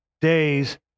days